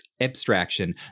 abstraction